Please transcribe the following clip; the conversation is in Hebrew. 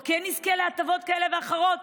או כן יזכה להטבות כאלה ואחרות?